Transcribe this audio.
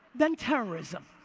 than terrorism.